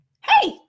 hey